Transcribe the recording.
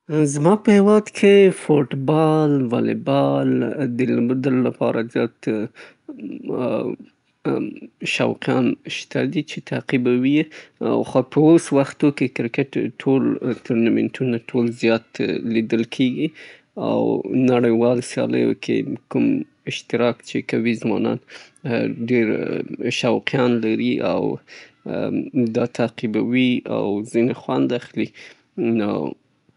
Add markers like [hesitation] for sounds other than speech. زما په هیواد کې خو سپورتونه زیات دي، البته [hesitation] فوتبال، بسکیټبال، بس بال او همداسې بزکشي پکې شهرت لري، ځکه اسونه پکې زغلول کیږي او زما خپله ټول سپورټونه خوښیږي.